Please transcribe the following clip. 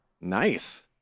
Nice